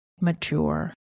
mature